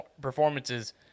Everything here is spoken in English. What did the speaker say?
performances